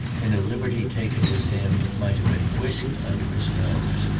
in a liberty taken with him, might have been whisked under his nose.